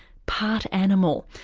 part animal.